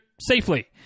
safely